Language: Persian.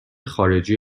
خارجی